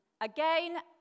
Again